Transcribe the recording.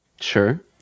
Sure